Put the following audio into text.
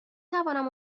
توانم